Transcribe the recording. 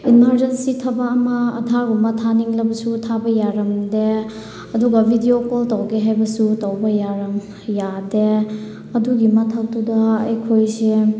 emergency ꯊꯕꯛ ꯑꯃ ꯑꯙꯥꯔꯒꯨꯝꯕ ꯊꯥꯅꯤꯡꯂꯕꯁꯨ ꯊꯥꯕ ꯌꯥꯔꯝꯗꯦ ꯑꯗꯨꯒ ꯚꯤꯗꯤꯑꯣ ꯀꯣꯜ ꯇꯧꯒꯦ ꯍꯥꯏꯕꯁꯨ ꯇꯧꯕ ꯌꯥꯗꯦ ꯑꯗꯨꯒꯤ ꯃꯊꯛꯇꯨꯗ ꯑꯩꯈꯣꯏꯁꯦ